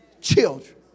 children